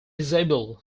disabled